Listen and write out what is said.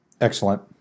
Excellent